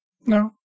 No